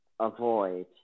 avoid